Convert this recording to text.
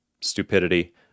stupidity